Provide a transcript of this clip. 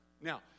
now